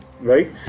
right